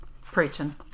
preaching